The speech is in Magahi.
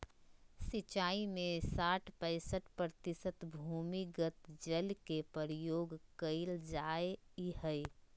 सिंचाई में साठ पईंसठ प्रतिशत भूमिगत जल के प्रयोग कइल जाय हइ